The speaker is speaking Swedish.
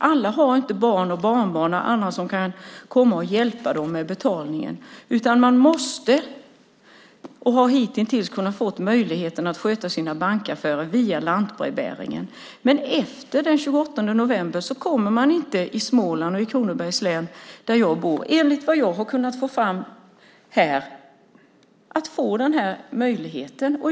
Alla har inte barn och barnbarn som kan hjälpa dem med betalningar, utan man måste och har hittills haft möjlighet att sköta sina bankaffärer via lantbrevbäringen. Efter den 28 november kommer man i Småland och Kronobergs län, där jag bor, enligt vad jag har fått fram inte att kunna få denna möjlighet.